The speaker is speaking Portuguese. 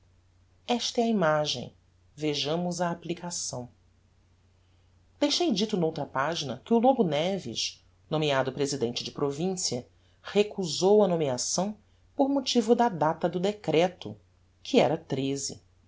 esta é a imagem vejamos a applicação deixei dito n'outra pagina que o lobo neves nomeado presidente de provincia recusou a nomeação por motivo da data do decreto que era